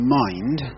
mind